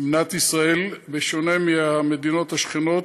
במדינת ישראל, בשונה מהמדינות השכנות,